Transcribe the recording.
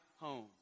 home